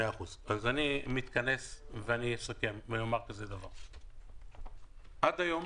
עד היום,